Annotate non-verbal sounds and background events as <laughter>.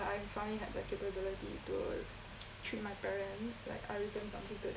like I finally have the capability to <noise> treat my parents like I return something to them